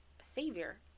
Savior